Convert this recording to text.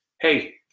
hey